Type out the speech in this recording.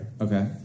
okay